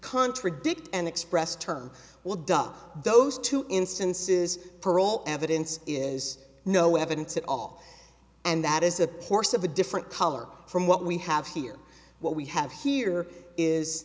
contradict and express term will dub those two instances for all evidence is no evidence at all and that is a horse of a different color from what we have here what we have here is